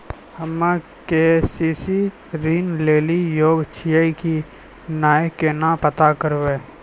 हम्मे के.सी.सी ऋण लेली योग्य छियै की नैय केना पता करबै?